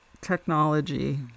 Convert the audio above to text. Technology